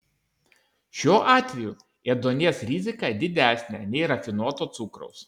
šiuo atveju ėduonies rizika didesnė nei rafinuoto cukraus